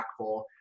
impactful